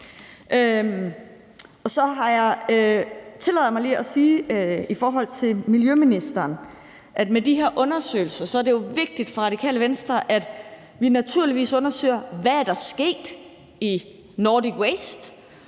omgang. Så tillader jeg mig lige i forhold til miljøministeren at sige, at med de her undersøgelser er det vigtigt for Radikale Venstre, at vi naturligvis undersøger, hvad der er sket i Nordic